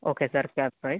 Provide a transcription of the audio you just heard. okay sir crab fry